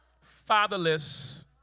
Fatherless